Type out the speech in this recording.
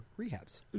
Rehabs